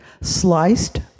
sliced